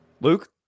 Luke